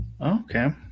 Okay